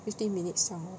fifteen minutes 这样 lor